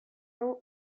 hau